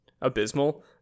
abysmal